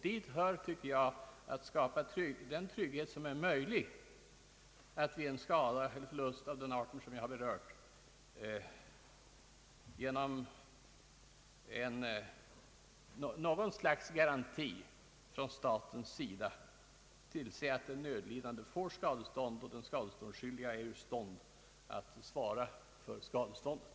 Dit hör, tycker jag, att skapa den trygghet som är möjlig vid en skada eller förlust av den art jag berört genom att staten på något sätt garanterar att den nödlidande får skadestånd då den skadeståndsskyldige är ur stånd att själv svara för skadeståndet.